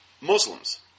Muslims